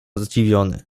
zdziwiony